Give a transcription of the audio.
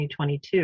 2022